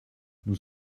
nous